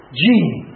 gene